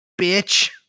bitch